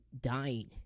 dying